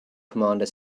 commander